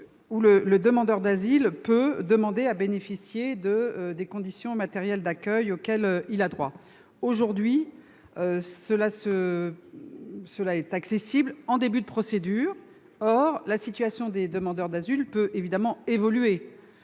le demandeur d'asile peut demander à bénéficier des conditions matérielles d'accueil auxquelles il a droit. Aujourd'hui, il n'y a accès qu'en début de procédure. Or la situation des demandeurs d'asile peut évidemment évoluer